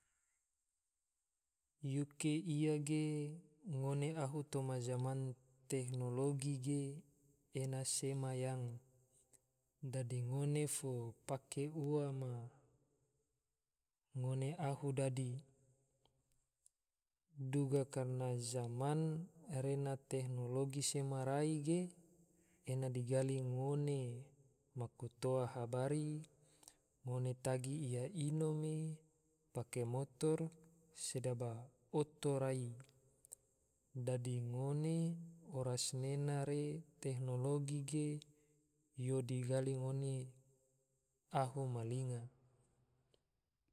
Yuke ia ge ngone ahu toma zaman teknologi ge ena sema yang, dadi ngone fo pake ua mai ngone ahu dadi, duga karna zaman rena teknologi sema rai ge, ena digali ngone maku toa habari, ngone tagi ia ino ge pake motor sedaba oto rai. dadi ngone oras rena re teknologi ge yo digali ngone ahu ma linga